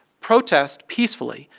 protest peacefully,